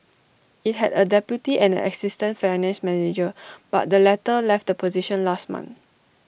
IT had A deputy and an assistant finance manager but the latter left the position last month